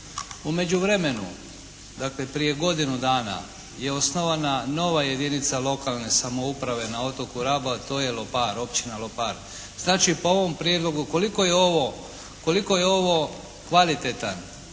U međuvremenu, dakle prije godinu dana je osnovana nova jedinica lokalne samouprave na otoku Rabu, a to je Lopar, Općina Lopar. Znači po ovom prijedlogu koliko je ovo, koliko